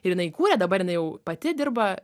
ir jinai įkūrė dabar jinai jau pati dirba